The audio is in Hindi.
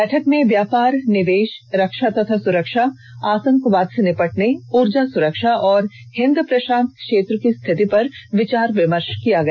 बैठक में व्यापार निवेश रक्षा तथा सुरक्षा आतंकवाद से निपटने ऊर्जा सुरक्षा और हिंद प्रशांत क्षेत्र की स्थिति पर विचार विमर्श किया गया